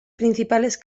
principales